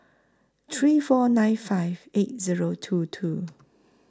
three four nine five eight Zero two two